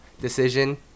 decision